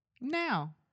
Now